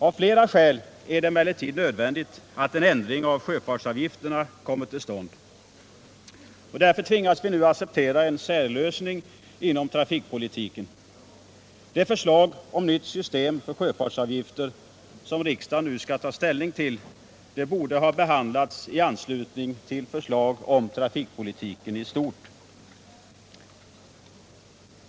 Av flera skäl är det emellertid nödvändigt att en ändring av sjöfartsavgifterna kommer till stånd. Därför tvingas vi nu acceptera en särlösning inom trafikpolitiken. Det förslag om nytt system för sjöfartsavgifter som riksdagen nu skall ta ställning till borde ha behandlats i anslutning till förslag om trafikpolitiken i stort.